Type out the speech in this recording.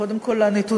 קודם כול הנתונים,